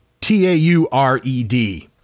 T-A-U-R-E-D